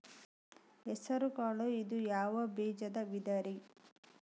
ಹೆಸರುಕಾಳು ಇದು ಯಾವ ಬೇಜದ ವಿಧರಿ?